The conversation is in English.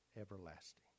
everlasting